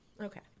Okay